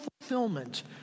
fulfillment